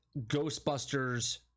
Ghostbusters